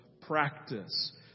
practice